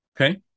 Okay